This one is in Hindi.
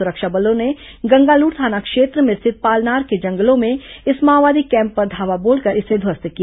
सुरक्षा बलों ने गंगालूर थाना क्षेत्र में स्थित पालनार के जंगलों में इस माओवादी कैम्प पर धावा बोलकर इसे ध्वस्त किया